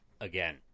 again